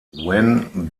wen